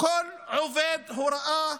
כל עובד הוראה.